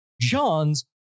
Johns